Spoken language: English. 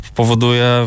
powoduje